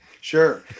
Sure